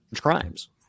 crimes